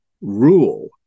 rule